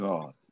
God